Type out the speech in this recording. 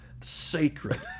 sacred